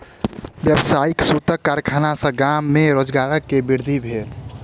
व्यावसायिक सूतक कारखाना सॅ गाम में रोजगार के वृद्धि भेल